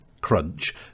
crunch